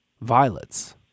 violets